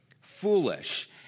foolish